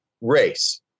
race